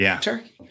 turkey